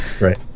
right